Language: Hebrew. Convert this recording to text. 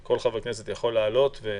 כל חבר כנסת יכול להעלות נושאים.